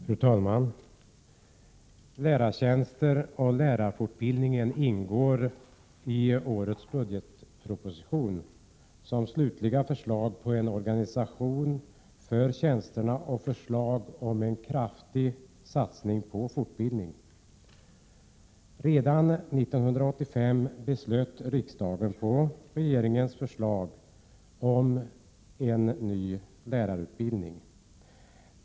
Fru talman! Lärartjänsterna och lärarfortbildningen ingår i årets budgetproposition, som innehåller slutliga förslag på organisationen för tjänsterna och förslag om en kraftig satsning på fortbildning. Redan 1985 beslöt riksdagen på regeringens förslag om en ny lärarutbildning.